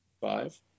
five